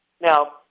Now